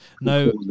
no